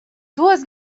duas